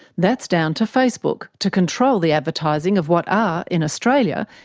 that's down to facebook to control the advertising of what are, in australia,